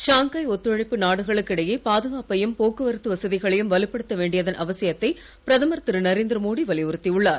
Shanghai ஒத்துழைப்பு நாடுகளுக்கிடையே பா துகாப்பையும் போக்குவரத்து வசதிகளையும் வலுப்படுத்த வேண்டியதன் அவசியத்தை பிரதமர் திருநரேந்திர மோடி வலியுறுத்தியுள்ளார்